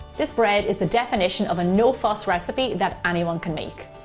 this bread is the definition of a no-fuss recipe that anyone can make.